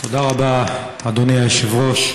תודה רבה, אדוני היושב-ראש.